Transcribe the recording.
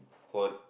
for